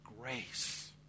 grace